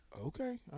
Okay